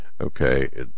Okay